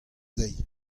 dezhi